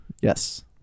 yes